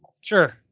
Sure